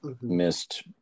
missed